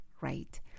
right